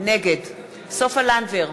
נגד סופה לנדבר,